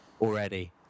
already